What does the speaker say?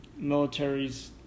militaries